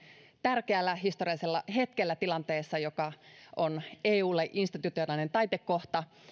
tärkeällä historiallisella hetkellä tilanteessa joka on eulle institutionaalinen taitekohta